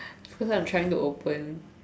just now I'm trying to open